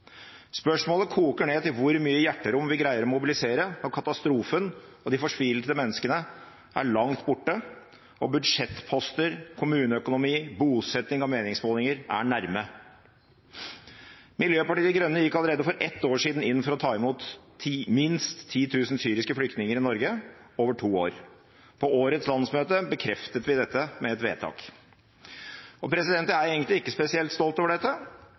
Spørsmålet koker ned til hvor mye hjerterom vi greier å mobilisere når katastrofen og de fortvilte menneskene er langt borte, og budsjettposter, kommuneøkonomi, bosetting og meningsmålinger er nærme. Miljøpartiet De Grønne gikk allerede for ett år siden inn for å ta imot minst 10 000 syriske flyktninger i Norge over to år. På årets landsmøte bekreftet vi dette med et vedtak. Og jeg er egentlig ikke spesielt stolt over dette,